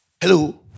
Hello